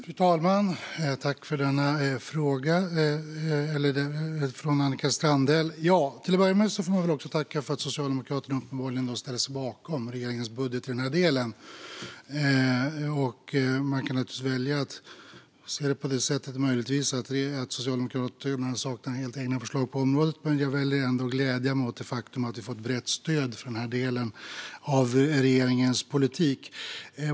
Fru talman! Tack för denna fråga från Annika Strandhäll! Till att börja med får man väl också tacka för att Socialdemokraterna uppenbarligen ställer sig bakom regeringens budget i den här delen. Man kan naturligtvis välja att se det som att Socialdemokraterna helt saknar egna förslag på området, men jag väljer ändå att glädja mig åt det faktum att vi får ett brett stöd för den här delen av regeringens politik.